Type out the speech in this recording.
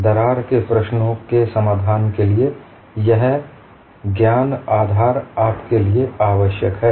दरार के प्रश्नों के समाधान के लिए यह ज्ञान आधार आपके लिए आवश्यक है